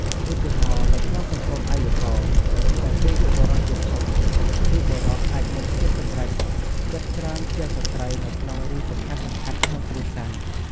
ឧទាហរណ៍ នៅក្នុងសង្គមអយ្យកោ ដែលគេយកបុរសជាធំ គឺបុរសអាចមានសិទ្ធិសម្រេចចិត្តច្រើនជាងស្ត្រីនៅក្នុងរឿងសំខាន់ៗក្នុងគ្រួសារ។